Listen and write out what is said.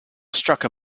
struck